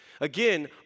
Again